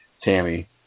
Tammy